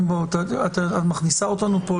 את מכניסה אותנו פה,